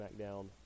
SmackDown